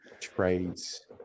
Trades